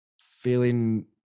feeling